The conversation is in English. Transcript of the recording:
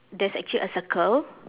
there's actually a circle